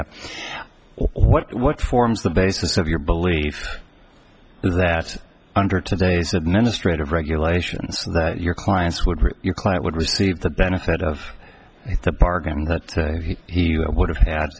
or what what forms the basis of your belief that under today's administrative regulations that your clients would your client would receive the benefit of the bargain that he would have had